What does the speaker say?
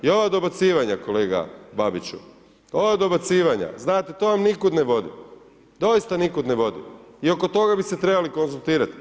I ova dobacivanja kolega Babiću, ova dobacivanja, znate to vam nikuda ne vodi, doista nikuda ne vodi i oko toga bi se trebali konzultirati.